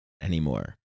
anymore